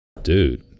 dude